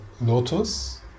lotus